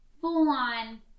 full-on